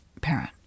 parent